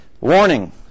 warning